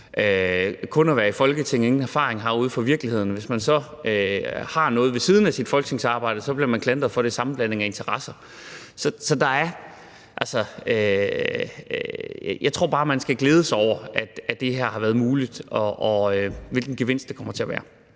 kun at være i Folketinget og ikke have nogen erfaring ude fra virkeligheden, men hvis man så har noget ved siden af sit folketingsarbejde, så bliver man klandret for, at der er tale om en sammenblanding af interesser. Så jeg tror bare, at man skal glæde sig over, at det her har været muligt, og hvilken gevinst det kommer til at være.